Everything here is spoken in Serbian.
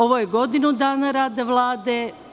Ovo je godinu dana rada Vlade.